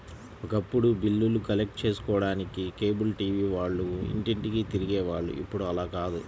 ఒకప్పుడు బిల్లులు కలెక్ట్ చేసుకోడానికి కేబుల్ టీవీ వాళ్ళు ఇంటింటికీ తిరిగే వాళ్ళు ఇప్పుడు అలా కాదు